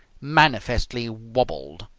manifestly wabbled.